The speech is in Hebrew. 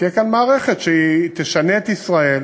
תהיה כאן מערכת שתשנה את ישראל